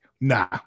Nah